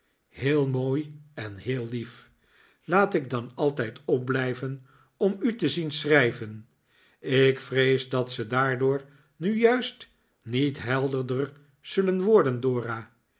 heel mooi en heel lief laat ik dan altijd opblijven om u te zien schrijven ik vrees dat ze daardoor nu juist niet helderder zullen worden